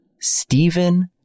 Stephen